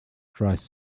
dries